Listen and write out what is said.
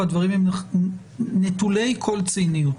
והדברים הם נטולי כל ציניות.